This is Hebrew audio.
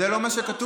זה לא מה שכתוב.